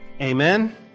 Amen